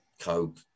coke